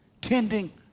Tending